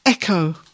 Echo